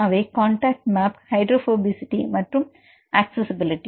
அவை contact map hydrophobicity மற்றும் accessibility